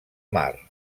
mar